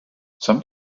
some